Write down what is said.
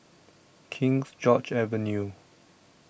Kings George's Avenue